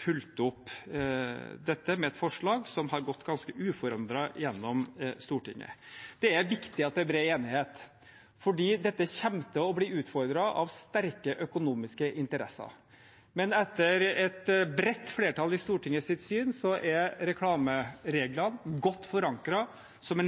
fulgt opp dette med et forslag som har gått ganske uforandret gjennom Stortinget. Det er viktig at det er bred enighet, for dette kommer til å bli utfordret av sterke økonomiske interesser. Men etter et bredt flertall i Stortinget er reklamereglene godt forankret som